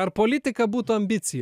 ar politika būtų ambicija